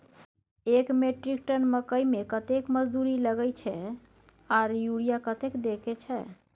एक metric tonne मकई में कतेक मजदूरी लगे छै आर यूरिया कतेक देके छै?